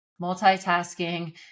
multitasking